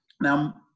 Now